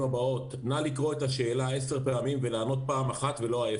הבאות: "נא לקרוא את השאלה עשר פעמים ולענות פעם אחת ולא להפך".